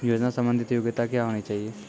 योजना संबंधित योग्यता क्या होनी चाहिए?